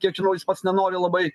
kiek žinai jis pats nenori labai